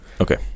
Okay